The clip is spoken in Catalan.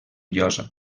llosa